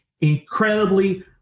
incredibly